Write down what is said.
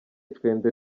icwende